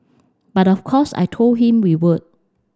but of course I told him we would